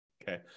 Okay